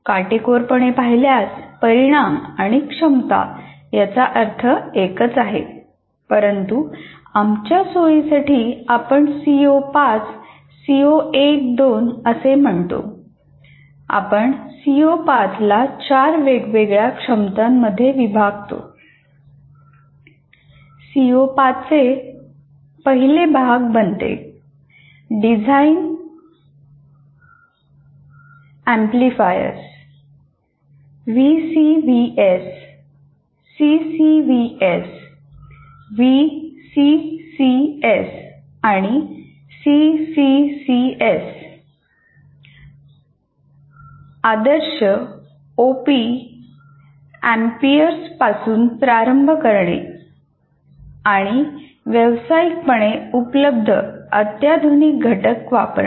काटेकोरपणे पाहिल्यास परिणाम आणि क्षमता याचा अर्थ एकच आहे परंतु आमच्या सोयीसाठी आपण सीओ 5 सी 1 2 असे म्हणतो आदर्श ओपी एम्प्सपासून प्रारंभ करणे आणि व्यावसायिकपणे उपलब्ध अत्याधुनिक घटक वापरणे